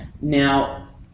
Now